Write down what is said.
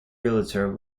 realtor